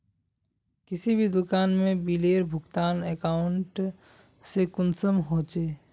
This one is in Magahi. किसी भी दुकान में बिलेर भुगतान अकाउंट से कुंसम होचे?